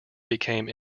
became